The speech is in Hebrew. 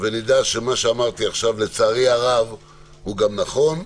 ונדע שמה שאמרתי עכשיו, לצערי הרב הוא גם נכון.